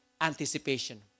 anticipation